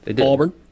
Auburn